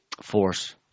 force